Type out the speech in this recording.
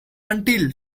until